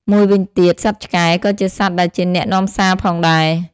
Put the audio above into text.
មួយវិញទៀតសត្វឆ្កែ ក៏ជាសត្វដែលជាអ្នកនាំសារផងដែរ។